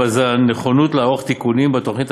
בז"ן נכונות לערוך תיקונים בתוכנית,